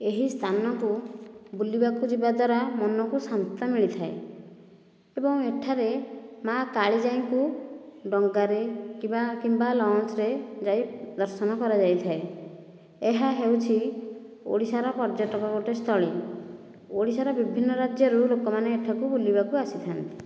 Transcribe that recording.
ଏହି ସ୍ଥାନକୁ ବୁଲିବାକୁ ଯିବା ଦ୍ଵାରା ମନକୁ ଶାନ୍ତ ମିଳିଥାଏ ଏବଂ ଏଠାରେ ମାଆ କାଳିଜାଇଙ୍କୁ ଡଙ୍ଗାରେ କିମ୍ବା କିମ୍ବା ଲଞ୍ଚରେ ଯାଇ ଦର୍ଶନ କରାଯାଇଥାଏ ଏହା ହଉଛି ଓଡ଼ିଶାର ପର୍ଯ୍ୟଟକ ଗୋଟିଏ ସ୍ଥଳୀ ଓଡ଼ିଶାର ବିଭିନ୍ନ ରାଜ୍ୟରୁ ଲୋକମାନେ ଏଠାକୁ ବୁଲିବାକୁ ଆସିଥାନ୍ତି